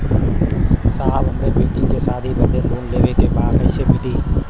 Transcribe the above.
साहब हमरे बेटी के शादी बदे के लोन लेवे के बा कइसे मिलि?